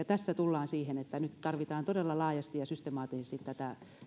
tässä tullaan siihen että nyt tarvitaan todella laajasti ja systemaattisesti tätä